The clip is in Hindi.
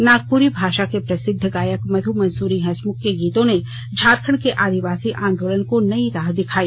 नागपुरी भाषा के प्रसिद्ध गायक मधु मंसूरी हंसमुख के गीतों ने झारखंड के आदिवासी आंदोलन को नई राह दिखाई